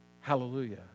Hallelujah